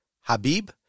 Habib